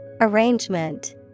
arrangement